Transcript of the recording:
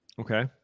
okay